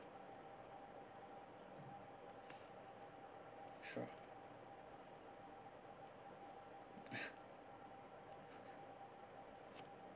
sure